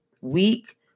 week